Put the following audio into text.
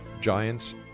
Giants